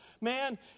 Man